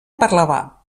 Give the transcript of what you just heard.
parlavà